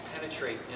penetrate